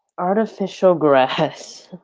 artificial grass.